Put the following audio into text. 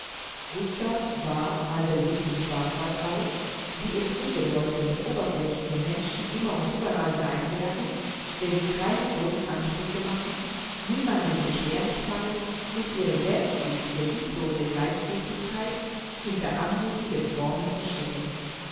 gustav war allbeliebt in schwarzwaldau wie es unbedeutende oberflächliche menschen immer und überall sein werden wenn sie keine großen ansprüche machen niemand beschwerlich fallen und ihre selbstsüchtige lieblose gleichgiltigkeit hinter anmuthigen formen verstecken